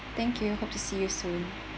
thank you hope to see you soon